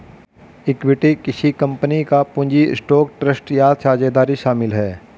equity किसी company का पूंजी स्टॉक ट्रस्ट या साझेदारी शामिल है